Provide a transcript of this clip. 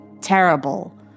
Terrible